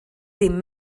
ddim